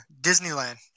Disneyland